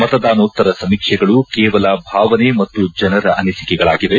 ಮತದಾನೋತ್ತರ ಸಮೀಕ್ಷೆಗಳು ಕೇವಲ ಭಾವನೆ ಮತ್ತು ಜನರ ಅನಿಸಿಕೆಗಳಾಗಿವೆ